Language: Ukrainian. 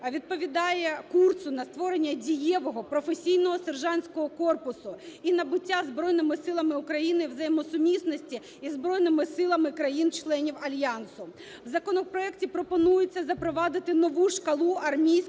відповідає курсу на створення дієвого професійного сержантського корпусу і набуття Збройними Силами України взаємосумісності із збройними силами країн-членів Альянсу. В законопроекті пропонується запровадити нову шкалу армійських